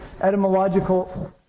Etymological